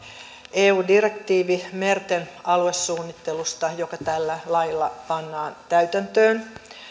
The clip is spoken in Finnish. eu direktiivi merten aluesuunnittelusta joka tällä lailla pannaan täytäntöön